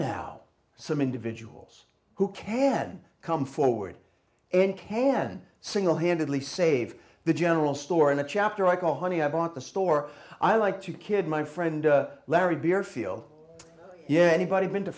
now some individuals who can come forward and can singlehandedly save the general store in a chapter i call honey i bought the store i like to kid my friend larry deerfield yeah anybody been to